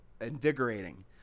invigorating